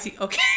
Okay